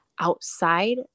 outside